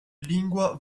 lingua